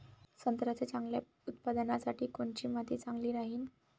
संत्र्याच्या चांगल्या उत्पन्नासाठी कोनची माती चांगली राहिनं?